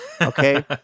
Okay